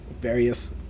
various